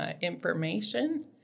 information